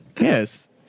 yes